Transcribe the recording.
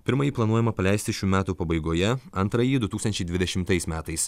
pirmąjį planuojama paleisti šių metų pabaigoje antrąjį du tūkstančiai dvidešimtais metais